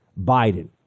Biden